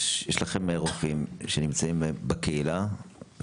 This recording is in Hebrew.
שיש לכם רופאים שנמצאים בקהילה.